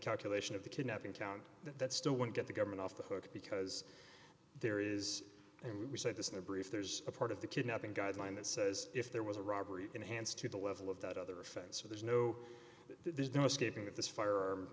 calculation of the kidnapping count that still won't get the government off the hook because there is and we said this in a brief there's a part of the kidnapping guideline that says if there was a robbery enhanced to the level of the other offense or there's no there's no escaping it this firearm